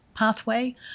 pathway